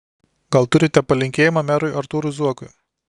gal turite palinkėjimą merui artūrui zuokui